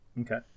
Okay